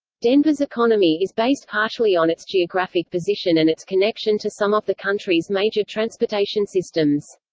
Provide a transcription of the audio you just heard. denver's economy is based partially on its geographic position and its connection to some of the country's major transportation systems.